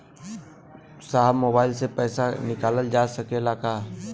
साहब मोबाइल से पैसा निकल जाला का?